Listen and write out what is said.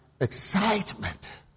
excitement